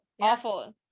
Awful